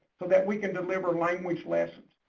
so that we can deliver language lessons.